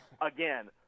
Again